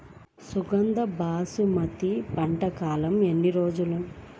సుగంధ బాసుమతి పంట కాలం ఎన్ని రోజులు?